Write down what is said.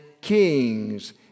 kings